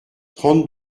trente